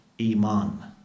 Iman